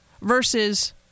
versus